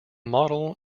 model